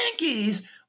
Yankees